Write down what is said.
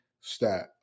stat